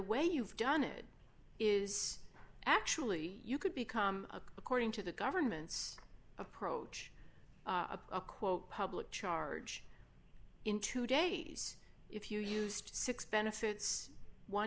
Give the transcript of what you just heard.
way you've done it is actually you could become according to the government's approach a quote public charge in two days if you used six benefits one